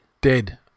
Dead